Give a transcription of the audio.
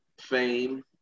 Fame